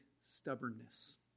stubbornness